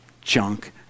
Junk